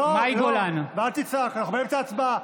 אל תצעק, אנחנו באמצע הצבעה.